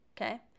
okay